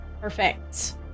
Perfect